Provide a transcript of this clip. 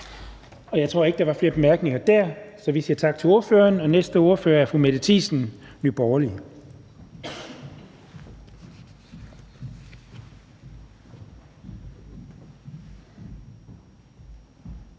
Jeg tror ikke, der var flere bemærkninger til det. Så vi siger tak til ordføreren. Den næste ordfører er fru Mette Thiesen, Nye Borgerlige.